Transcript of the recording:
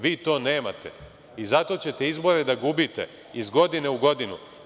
Vi to nemate i zato ćete izbore da gubite iz godine u godinu.